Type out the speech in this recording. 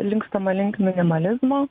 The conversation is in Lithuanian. linkstama link minimalizmo